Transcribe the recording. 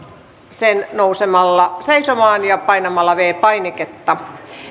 sen nousemalla seisomaan ja painamalla viides painiketta